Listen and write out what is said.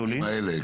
הגדולים.